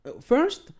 first